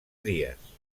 dies